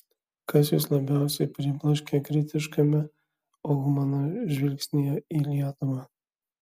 kas jus labiausiai pribloškė kritiškame ohmano žvilgsnyje į lietuvą